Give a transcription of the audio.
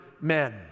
men